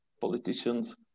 politicians